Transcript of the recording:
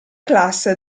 classe